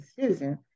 decision